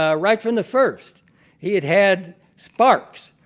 ah right from the first he had had sparks,